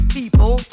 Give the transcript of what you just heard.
people